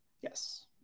Yes